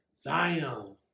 Zion